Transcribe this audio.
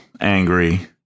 angry